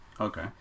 okay